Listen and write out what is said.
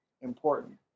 important